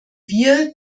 wir